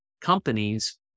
companies